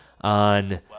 on